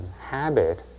habit